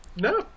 No